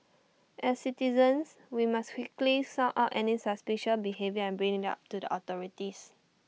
as citizens we must quickly sound out any suspicious behaviour and bring IT up to the authorities